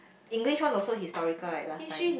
English one also historical right last time